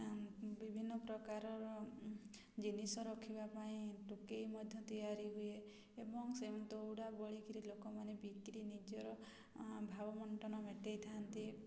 ବିଭିନ୍ନ ପ୍ରକାରର ଜିନିଷ ରଖିବା ପାଇଁ ଟୋକେଇ ମଧ୍ୟ ତିଆରି ହୁଏ ଏବଂ ଦଉଡ଼ା ବୋଳିକିରି ଲୋକମାନେ ବିକ୍ରି ନିଜର ଭାବମଣ୍ଟନ ମେଣ୍ଟେଇଥାନ୍ତି